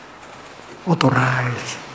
authorize